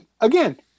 again